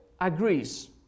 agrees